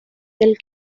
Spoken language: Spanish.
del